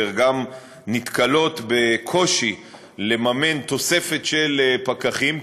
גם נתקלות בקושי לממן תוספת של פקחים,